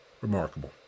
Remarkable